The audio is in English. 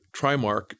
Trimark